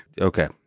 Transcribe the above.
Okay